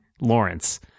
Lawrence